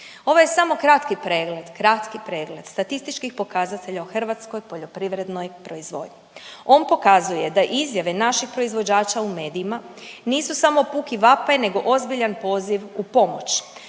pregled, kratki pregled statističkih pokazatelja u hrvatskoj poljoprivrednoj proizvodnji. On pokazuje da izjave naših proizvođača u medijima nisu samo puki vapaj, nego ozbiljan poziv u pomoć.